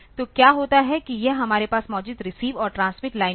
तो क्या होता है कि यह हमारे पास मौजूद रिसीव और ट्रांसमिट लाइनों को